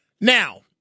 Now